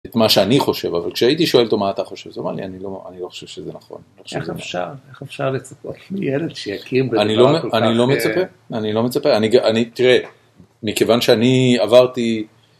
את מה שאני חושב, אבל כשהייתי שואל אותו מה אתה חושב, הוא אמר לי, אני לא חושב שזה נכון. איך אפשר? איך אפשר לצפות מילד שיכיר בדבר כל כך... אני לא מצפה, אני לא מצפה, אני, תראה, מכיוון שאני עברתי...